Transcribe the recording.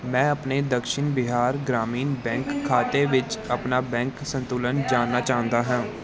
ਮੈਂ ਆਪਣੇ ਦਕਸ਼ਿਣ ਬਿਹਾਰ ਗ੍ਰਾਮੀਣ ਬੈਂਕ ਖਾਤੇ ਵਿੱਚ ਆਪਣਾ ਬੈਂਕ ਸੰਤੁਲਨ ਜਾਣਨਾ ਚਾਹੁੰਦਾ ਹਾਂ